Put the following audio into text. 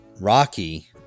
Rocky